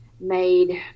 made